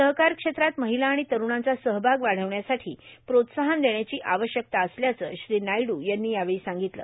सहकार क्षेत्रात महिला आणि तरूणांचा सहभाग वाढविण्यासाठी प्रोत्साहन देण्याची आवश्यकता असल्याचं श्री नायडू यांनी यावेळी सांगितलं